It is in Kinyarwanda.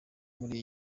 muri